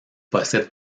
possède